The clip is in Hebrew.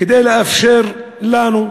כדי לאפשר לנו,